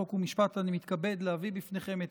חוק ומשפט אני מתכבד להביא בפניכם את